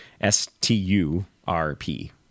s-t-u-r-p